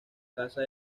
casa